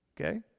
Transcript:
Okay